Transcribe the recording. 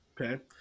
Okay